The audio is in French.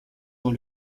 dans